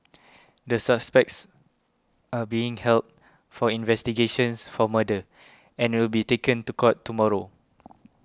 the suspects are being held for investigations for murder and will be taken to court tomorrow